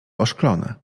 oszklone